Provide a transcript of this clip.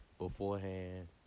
Beforehand